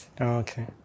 okay